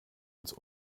uns